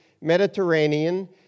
Mediterranean